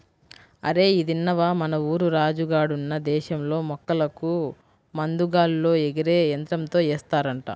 అరేయ్ ఇదిన్నవా, మన ఊరు రాజు గాడున్న దేశంలో మొక్కలకు మందు గాల్లో ఎగిరే యంత్రంతో ఏస్తారంట